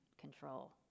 control